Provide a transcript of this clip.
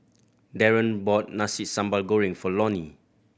Darren bought Nasi Sambal Goreng for Lonie